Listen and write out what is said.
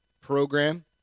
program